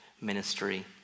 ministry